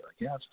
Yes